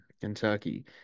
Kentucky